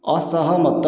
ଅସହମତ